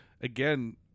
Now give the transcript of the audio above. again